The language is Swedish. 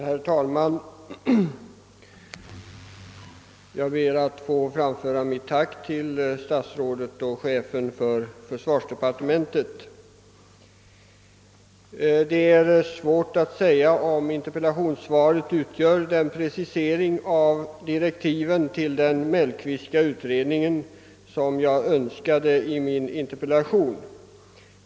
Herr talman! Jag ber att få framföra mitt tack till statsrådet och chefen för försvarsdepartementet. Det är svårt att säga om interpellationssvaret utgör den precisering av direktiven till den Mellqvistska utredningen som jag önskade i min interpellation.